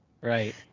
right